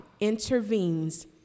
intervenes